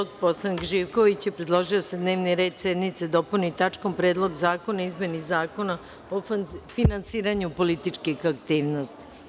Narodni poslanik Zoran Živković je predložio da se Dnevni red sednice dopuni tačkom – Predlog zakona o izmeni Zakona o finansiranju političkih aktivnosti.